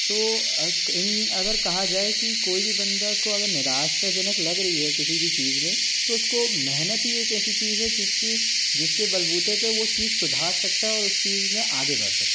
तो इन अगर कहा जाए की कोई भी बंदा को अगर निराशाजनक लग रही है कोई भी चीज में तो उसको मेहनत ही एक ऐसी चीज है जिसकी जिसके बल बूते पे वो चीज सुधार सकता है और उस चीज मे आगे बढ़ सकता है